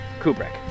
Kubrick